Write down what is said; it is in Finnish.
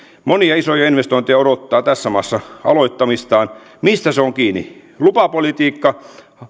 monia isoja investointeja odottaa tässä maassa aloittamistaan mistä se on kiinni lupapolitiikka